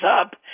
up